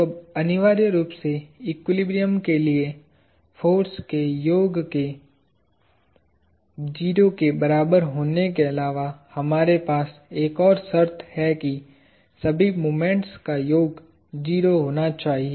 तो अब अनिवार्य रूप से एक्विलिब्रियम के लिए फोर्स के योग के 0 के बराबर होने के अलावा हमारे पास एक और शर्त है कि सभी मोमेंट्स का योग 0 होना चाहिए